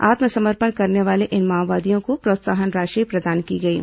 आत्मसमर्पण करने वाले इन माओवादियों को प्रोत्साहन राशि प्रदान की गई है